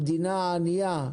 המדינה הענייה,